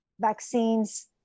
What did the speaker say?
vaccines